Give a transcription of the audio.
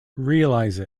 realize